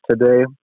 today